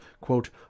quote